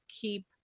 keep